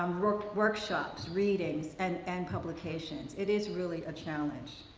um workshops, readings, and and publications, it is really a challenge.